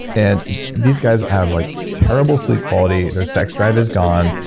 and these guys have like terrible sleep quality. their sex drive is gone.